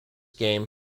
game